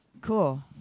Cool